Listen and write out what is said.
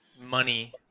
money